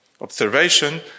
observation